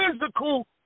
physical